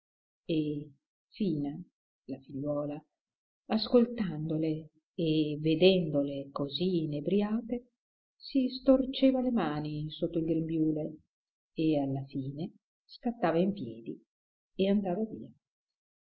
la figliuola ascoltandole e vedendole così inebriate si storceva le mani sotto il grembiule e alla fine scattava in piedi e andava via